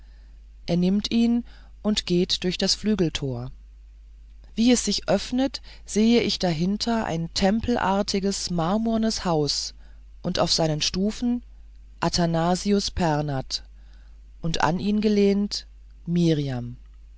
er nimmt ihn und geht durch das flügeltor wie es sich öffnet sehe ich dahinter ein tempelartiges marmornes haus und auf seinen stufen athanasius pernath und an ihn gelehnt